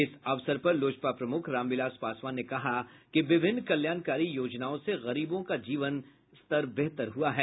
इस अवसर पर लोजपा प्रमुख रामविलास पासवान ने कहा कि विभिन्न कल्याणकारी योजनाओं से गरीबों का जीवन स्तर बेहतर हुआ है